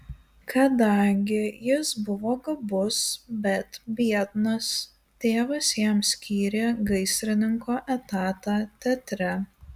kadangi jis buvo gabus bet biednas tėvas jam skyrė gaisrininko etatą teatre